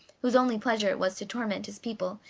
whose only pleasure it was to torment his people,